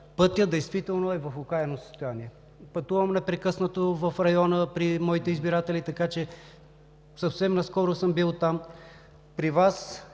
Пътят действително е в окаяно състояние. Пътувам непрекъснато в района при моите избиратели, така че съвсем наскоро съм бил там. При Вас